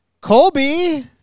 Colby